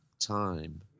time